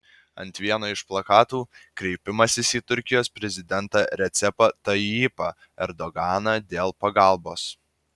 ant vieno iš plakatų kreipimasis į turkijos prezidentą recepą tayyipą erdoganą dėl pagalbos